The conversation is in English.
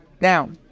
Now